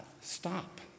stop